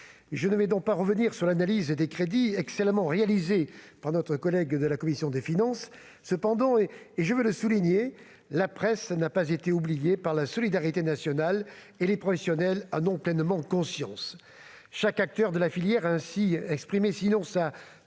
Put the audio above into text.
reviendrai donc pas sur l'analyse des crédits, excellemment réalisée par notre collègue de la commission des finances. Cependant, et je veux le souligner, la presse n'a pas été oubliée par la solidarité nationale, et les professionnels en ont pleinement conscience. Chaque acteur de la filière a ainsi exprimé, sinon sa